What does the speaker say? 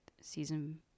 season